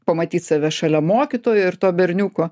pamatyt save šalia mokytojo ir to berniuko